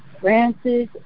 Francis